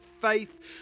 faith